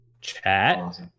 chat